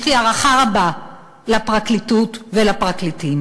יש לי הערכה רבה לפרקליטות ולפרקליטים,